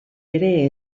ere